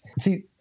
see